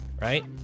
Right